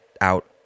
out